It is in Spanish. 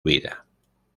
vida